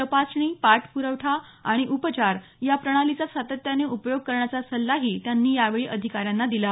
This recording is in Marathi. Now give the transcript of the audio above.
तपासणी पाठप्रावा आणि उपचार या प्रणालीचा सातत्याने उपयोग करण्याचा सल्लाही त्यांनी यावेळी अधिकाऱ्यांना दिला